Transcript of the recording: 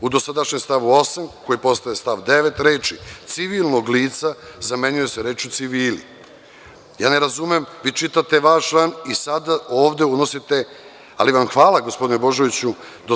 U dosadašnjem stavu 8, koji postaje stav 9. reči „civilnog lica“ zamenjuje se rečju „civili“, ja ne razumem vi čitate vaš član i sada ovde unosite, ali vam hvala gospodine Božoviću.